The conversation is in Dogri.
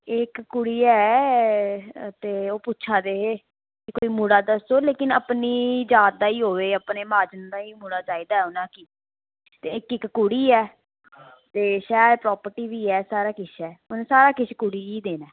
इक कुड़ी ऐ ते ओह् पुच्छा दे हे कि कोई मुड़ा दस्सो लेकिन अपनी जात दा ही होवे ते म्हाजन दा ही मुड़ा चाहिदा उ'नां गी ते इक इक कुड़ी ऐ ते शैल प्रोपर्टी बी ऐ सारा किश ऐ ते सारा किश कुड़ी गी गै देना ऐ